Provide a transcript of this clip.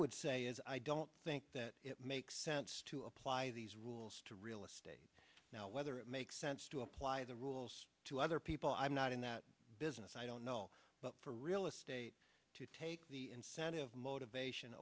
would say is i don't think that it makes sense to apply these rules to real estate now whether it makes sense to apply the rules to other people i'm not in that business i don't know but for real estate to take the incentive motivation